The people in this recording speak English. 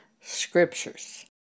Scriptures